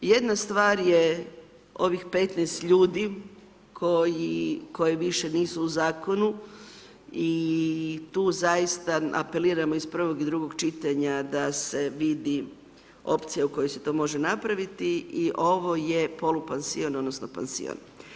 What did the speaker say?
Jedna stvar je ovih 15 ljudi koje više nisu u zakonu i tu zaista apeliramo iz prvog i drugog čitanja da se vidi opcija u kojoj se to može napraviti i ovo je polupansion odnosno pansion.